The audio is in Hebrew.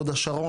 הוד השרון,